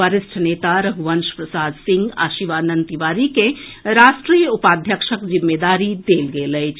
वरिष्ठ नेता रघुवंश प्रसाद सिंह आ शिवानंद तिवारी के राष्ट्रीय उपाध्यक्षक जिम्मेदारी देल गेल अछि